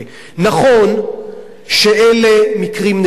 נכון שאלה מקרים נדירים,